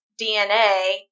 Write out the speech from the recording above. DNA